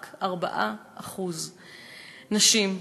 רק 4% נשים.